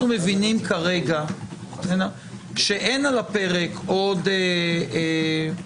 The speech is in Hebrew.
אנחנו מבינים כרגע שאין על הפרק עוד התפטרויות